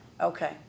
Okay